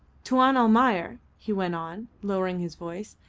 tuan almayer, he went on, lowering his voice,